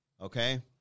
Okay